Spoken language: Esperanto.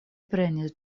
prenis